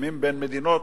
הסכמים בין מדינות,